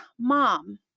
Mom